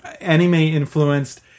anime-influenced